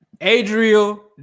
Adriel